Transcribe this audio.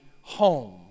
home